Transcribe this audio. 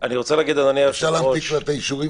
אפשר להנפיק לה את האישורים